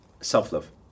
self-love